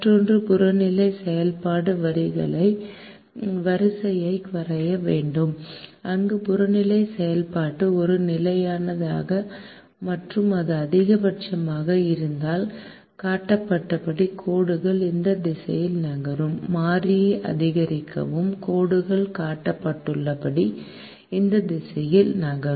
மற்றொன்று புறநிலை செயல்பாடு வரிகளின் வரிசையை வரைய வேண்டும் அங்கு புறநிலை செயல்பாடு ஒரு நிலையானது மற்றும் அது அதிகபட்சமாக இருந்தால் காட்டப்பட்டபடி கோடுகள் இந்த திசையில் நகரும் மாறியை அதிகரிக்கவும் கோடுகள் காட்டப்பட்டுள்ளபடி இந்த திசையில் நகரும்